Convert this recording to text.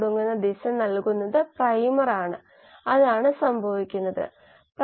intra cellular matrix സമവാക്യത്തിന് 3 സമവാക്യങ്ങളും 5 അറിയാത്തവയുണ്ട് ശരിയല്ലേ